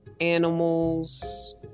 animals